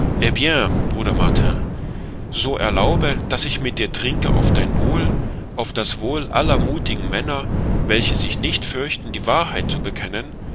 bruder martin so erlaube daß ich mit dir trinke auf dein wohl auf das wohl aller muthigen männer welche sich nicht fürchten die wahrheit zu bekennen